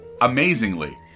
Amazingly